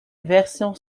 version